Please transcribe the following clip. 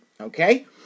okay